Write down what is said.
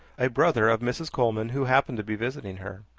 a brother of mrs. coleman, who happened to be visiting her.